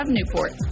Newport